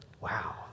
Wow